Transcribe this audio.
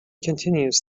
continues